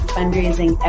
Fundraising